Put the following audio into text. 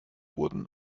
wurden